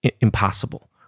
impossible